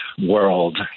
world